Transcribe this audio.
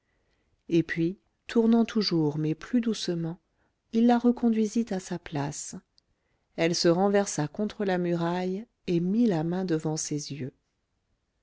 et puis tournant toujours mais plus doucement il la reconduisit à sa place elle se renversa contre la muraille et mit la main devant ses yeux